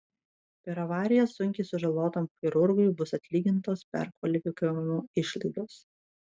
per avariją sunkiai sužalotam chirurgui bus atlygintos perkvalifikavimo išlaidos